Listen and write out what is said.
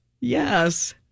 Yes